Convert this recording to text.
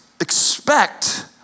expect